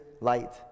light